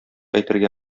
әйтергә